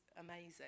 amazing